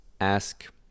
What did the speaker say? ask